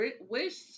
wish